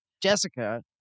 Jessica